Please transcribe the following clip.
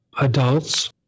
adults